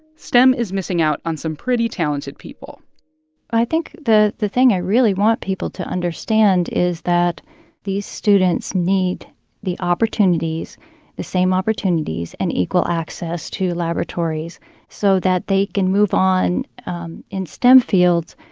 stem is missing out on some pretty talented people i think the the thing i really want people to understand is that these students need the opportunities the same opportunities and equal access to laboratories so that they can move on in stem fields,